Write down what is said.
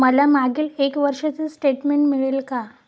मला मागील एक वर्षाचे स्टेटमेंट मिळेल का?